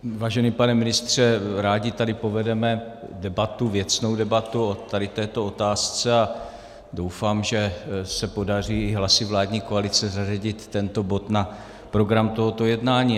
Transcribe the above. Vážený pane ministře, rádi tady povedeme debatu, věcnou debatu o této otázce a doufám, že se podaří hlasy vládní koalice zařadit tento bod na program tohoto jednání.